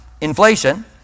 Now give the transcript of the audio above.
Inflation